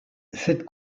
cette